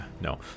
No